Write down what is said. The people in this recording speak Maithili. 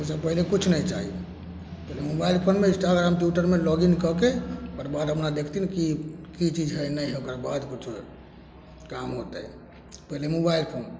ओहिसँ पहिले किछु नहि चाही पहिले मोबाइल फोनमे इन्स्टाग्राम ट्यूटरमे लॉगिन कऽ के ओकर बाद अपना देखथिन कि कि चीज हइ नहि हइ ओकर बाद किछु काम होतै पहिले मोबाइल फोन